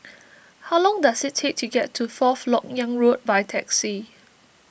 how long does it take to get to Fourth Lok Yang Road by taxi